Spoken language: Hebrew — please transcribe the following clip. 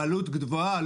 עלות גבוהה.